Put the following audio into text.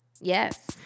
Yes